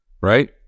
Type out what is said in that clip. right